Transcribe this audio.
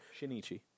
Shinichi